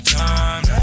time